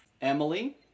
Emily